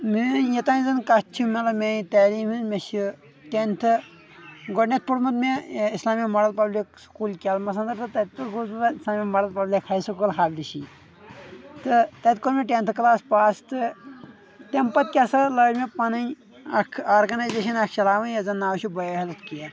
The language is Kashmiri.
میٲنۍ یوٚتان زن کتھ چھِ مطلب میٲنۍ تعلیٖم ہِنٛز مےٚ چھِ تھٮ۪نتھٕ گۄڈٕنٮ۪تھ پوٚرمُت مےٚ اسلامیا ماڈل پبلِک سکوٗل کیلمس انٛدر تہٕ تتہِ پٮ۪ٹھ گوس بہٕ پتہٕ Islamia model public high school ہگرشی تہٕ تتہِ کوٚر مےٚ ٹھٮ۪نتھٕ کلاس پاس تہٕ تمہِ پتہٕ کیٛاہ سا لٲج مےٚ پنٕنۍ اکھ آرگنیزیشن اکھ چلاوٕنۍ یتھ زن ناو چھُ باے ہٮ۪لٕتھ کیر